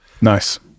Nice